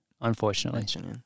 unfortunately